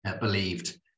believed